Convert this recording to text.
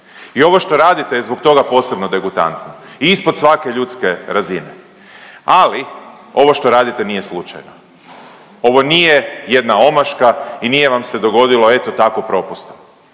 I ovo što radite je zbog toga posebno degutantno i ispod svake ljudske razine. Ali, ovo što radite nije slučajno. Ovo nije jedna omaška i nije vam se dogodilo, eto tako, propusta.